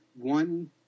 one